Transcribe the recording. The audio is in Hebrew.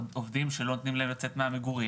או עובדים שלא נותנים להם לצאת מהמגורים.